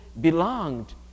belonged